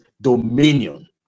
dominion